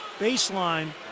baseline